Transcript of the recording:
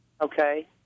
Okay